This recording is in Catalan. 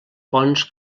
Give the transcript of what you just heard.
ponts